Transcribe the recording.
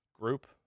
group